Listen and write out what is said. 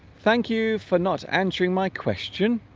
thank you for not answering my question